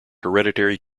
hereditary